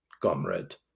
comrade